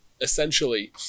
essentially